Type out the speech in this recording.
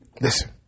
listen